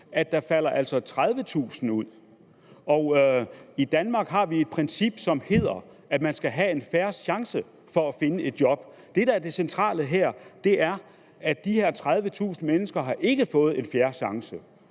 altså falder 30.000 ud. I Danmark har vi et princip, som hedder, at man skal have en fair chance for at finde et job. Det, der er det centrale her, er, at de her 30.000 mennesker ikke har fået en fair chance,